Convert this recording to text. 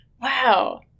Wow